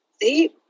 See